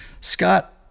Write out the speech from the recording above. scott